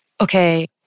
okay